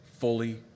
fully